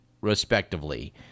respectively